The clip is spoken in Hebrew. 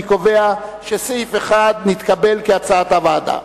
אני קובע שסעיף 1 נתקבל כהצעת הוועדה.